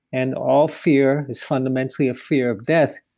and all fear is fundamentally a fear of death,